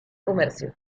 comercio